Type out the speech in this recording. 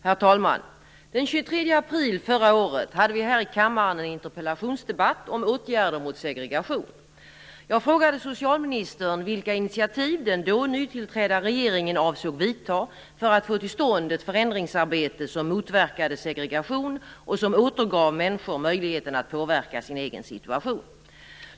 Herr talman! Den 23 april förra året hade vi här i kammaren en interpellationsdebatt om åtgärder mot segregation. Jag frågade socialministern vilka initiativ den då nytillträdda regeringen avsåg att vidta för att få till stånd ett förändringsarbete som motverkade segregation och som återgav människor möjligheten att påverka sin egen situation.